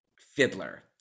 Fiddler